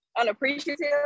unappreciative